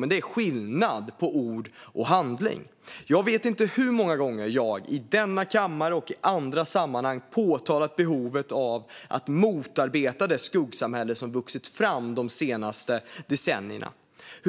Men det är skillnad på ord och handling. Jag vet inte hur många gånger jag i denna kammare och i andra sammanhang har talat om behovet av att motarbeta det skuggsamhälle som vuxit fram de senaste decennierna och om